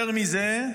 יותר מזה,